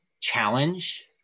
challenge